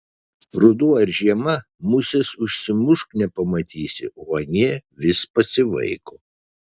ruduo ar žiema musės užsimušk nepamatysi o anie vis pasivaiko